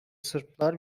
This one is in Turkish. sırplar